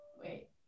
Wait